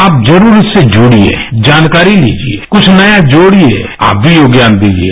आप जरूर इससे जुडिये जानकारी लिजिये कुछ नया जोडिये आप भी योगदान दीजिये